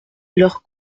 leur